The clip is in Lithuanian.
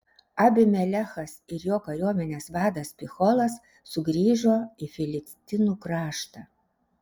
abimelechas ir jo kariuomenės vadas picholas sugrįžo į filistinų kraštą